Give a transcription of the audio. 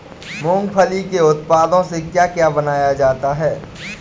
मूंगफली के उत्पादों से क्या क्या बनाया जाता है?